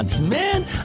man